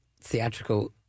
theatrical